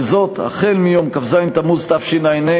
וזאת החל מיום כ"ז תמוז תשע"ה,